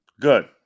Good